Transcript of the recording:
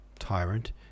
Tyrant